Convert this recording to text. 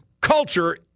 culture